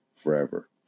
forever